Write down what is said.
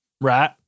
right